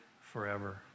forever